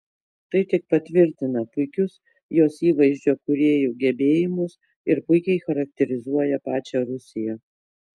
tai tik patvirtina puikius jos įvaizdžio kūrėjų gebėjimus ir puikiai charakterizuoja pačią rusiją